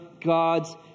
God's